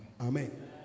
Amen